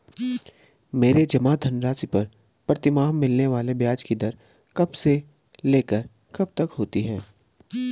मेरे जमा धन राशि पर प्रतिमाह मिलने वाले ब्याज की दर कब से लेकर कब तक होती है?